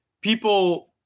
People